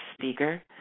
speaker